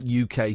UK